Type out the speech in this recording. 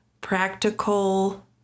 practical